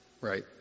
right